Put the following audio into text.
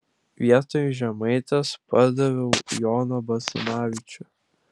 vietoj žemaitės padaviau joną basanavičių